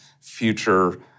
future